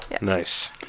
Nice